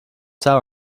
tower